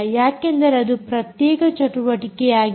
ಯಾಕೆಂದರೆ ಅದು ಪ್ರತ್ಯೇಕ ಚಟುವಟಿಕೆಯಾಗಿದೆ